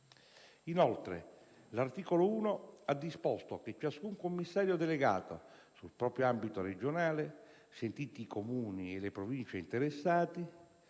Inoltre, l'articolo 1 ha disposto che ciascun commissario delegato, sul proprio ambito regionale, sentiti i Comuni e le Province interessati,